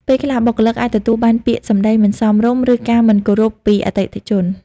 ពេលខ្លះ បុគ្គលិកអាចទទួលបានពាក្យសម្ដីមិនសមរម្យ ឬការមិនគោរពពីអតិថិជន។